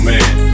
Man